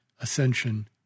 Ascension